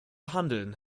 handeln